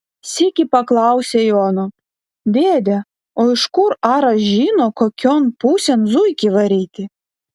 sykį paklausė jono dėde o iš kur aras žino kokion pusėn zuikį varyti